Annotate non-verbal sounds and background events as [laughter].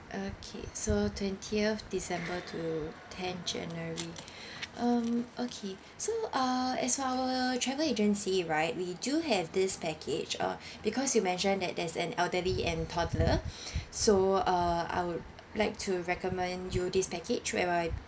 okay so twentieth december to ten january [breath] um okay so uh as our travel agency right we do have this package uh because you mentioned that there's an elderly and toddler [breath] so uh I would like to recommend you this package whereby